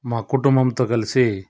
మా కుటుంబంతో కలిసి